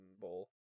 bowl